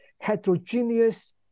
heterogeneous